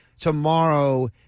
tomorrow